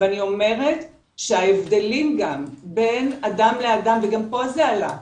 ואני אומרת שההבדלים גם בין אדם לאדם,